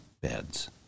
beds